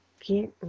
get